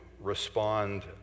respond